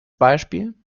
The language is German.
beispiel